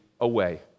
away